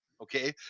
okay